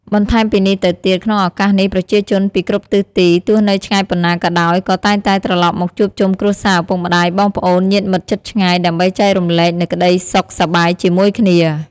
បន្ថែមពីនេះទៅទៀតក្នុងឱកាសនេះ ប្រជាជនពីគ្រប់ទិសទី ទោះនៅឆ្ងាយប៉ុណ្ណាក៏ដោយ ក៏តែងតែត្រឡប់មកជួបជុំគ្រួសារឪពុកម្តាយ បងប្អូន ញាតិមិត្តជិតឆ្ងាយ ដើម្បីចែករំលែកនូវក្ដីសុខសប្បាយជាមួយគ្នា។